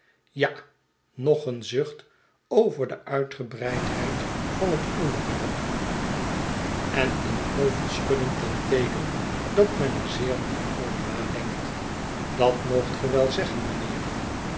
ja nog een zucht over de uitgebreidheid van het onderwerp en een hoofdschudden ten teeken dat men er zeer diep over nadenkt dat moogt gij welzeggen mynheer